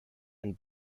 and